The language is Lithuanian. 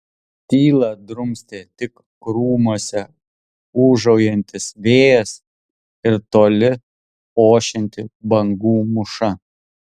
tylą drumstė tik krūmuose ūžaujantis vėjas ir toli ošianti bangų mūša